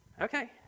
Okay